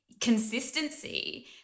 consistency